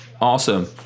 Awesome